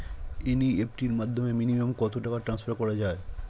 NEFT র মাধ্যমে minimum কত টাকা টান্সফার করা যায়?